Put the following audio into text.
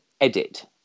edit